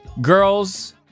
Girls